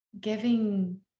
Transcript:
Giving